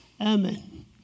Amen